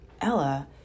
Ella